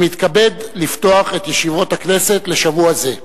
אני מתכבד לפתוח את ישיבת הכנסת לשבוע זה.